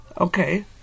Okay